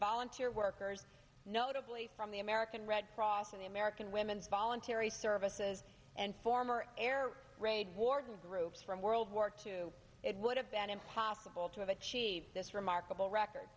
volunteer workers notably from the american red cross and the american women's voluntary services and former air raid warden groups from world war two it would have been impossible to achieve this remarkable record